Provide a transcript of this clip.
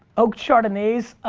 oaked chardonnays,